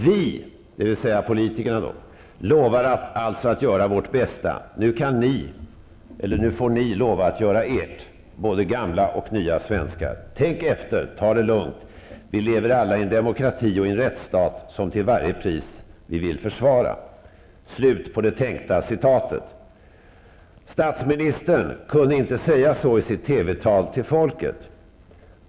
Vi -- dvs. politikerna -- lovar alltså att göra vårt bästa. Nu får ni lova att göra ert, både gamla och nya svenskar. Tänk efter, ta det lugnt! Vi lever alla i en demokrati och en rättsstat som vi vill försvara till varje pris.'' Statsministern kunde inte säga så i sitt TV-tal till folket.